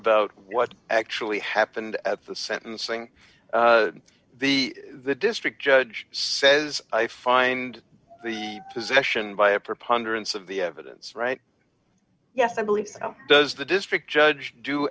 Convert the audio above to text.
about what actually happened at the sentencing the the district judge says i find the possession by a preponderance of the evidence right yes i believe so does the district judge do